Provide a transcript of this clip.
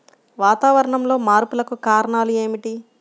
వాతావరణంలో మార్పులకు కారణాలు ఏమిటి?